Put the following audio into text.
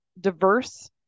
diverse